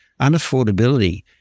Unaffordability